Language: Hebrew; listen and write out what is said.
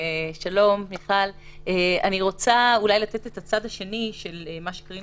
אני רוצה לתת את הצד השני של מה שקארין